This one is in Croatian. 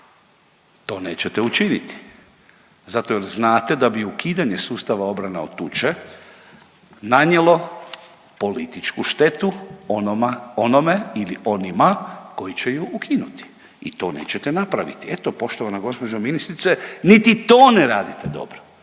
to nećete učiniti zato jer znate da bi ukidanje sustava obrane od tuče nanijelo političku štetu onome ili onima koji će ju ukinuti i to nećete napraviti. Eto poštovana gospođo ministrice niti to ne radite dobro,